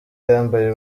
yambaye